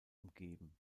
umgeben